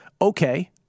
Okay